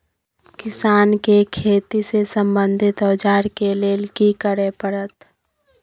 किसान के खेती से संबंधित औजार के लेल की करय परत?